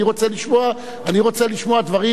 אני רוצה לשמוע דברים,